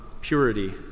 purity